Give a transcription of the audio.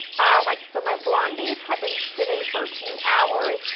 alright so my blondies have been sitting for a few hours,